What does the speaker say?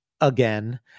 again